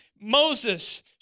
Moses